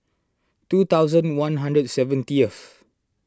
two thousand one hundred and seventieth